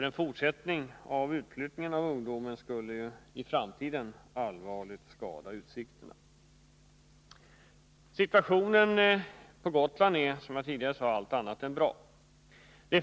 En fortsättning av utflyttningen av ungdomen skulle nämligen allvarligt skada framtidsutsikterna. Situationen på Gotland är, som jag tidigare sade, allt annat än bra.